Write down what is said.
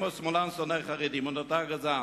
או שמאלן שונא חרדים: הוא נותר גזען.